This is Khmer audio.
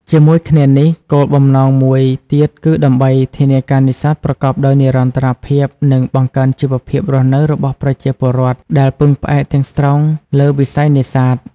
ជាមួយគ្នានេះ គោលបំណងមួយទៀតគឺដើម្បី ធានាការនេសាទប្រកបដោយនិរន្តរភាព និងបង្កើនជីវភាពរស់នៅរបស់ប្រជាពលរដ្ឋដែលពឹងផ្អែកទាំងស្រុងលើវិស័យនេសាទ។